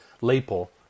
lapel